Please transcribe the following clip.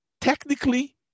technically